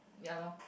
ya lor